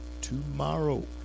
Tomorrow